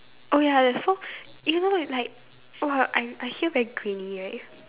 oh ya so even when like !wow! I I hear very grainy right